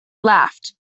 laughed